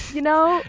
you know,